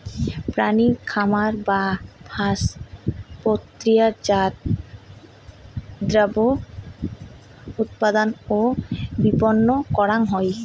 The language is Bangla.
প্রাণী খামার বা ফার্ম প্রক্রিয়াজাত দ্রব্য উৎপাদন ও বিপণন করাং হই